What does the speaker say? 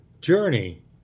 journey